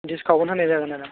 discount होनाय जागोन आरो